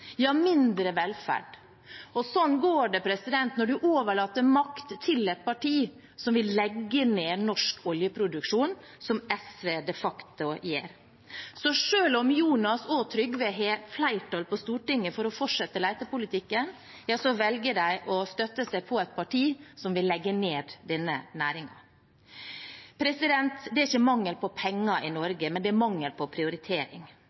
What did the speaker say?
mindre velferd. Sånn går det når man overlater makt til et parti som vil legge ned norsk oljeproduksjon, som SV de facto vil. Så selv om Jonas og Trygve har flertall på Stortinget for å fortsette letepolitikken, velger de å støtte seg til et parti som vil legge ned denne næringen. Det er ikke mangel på penger i Norge, men det er mangel på prioritering.